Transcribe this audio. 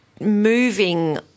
moving